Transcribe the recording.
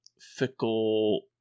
fickle